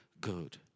good